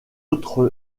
autre